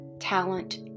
talent